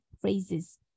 phrases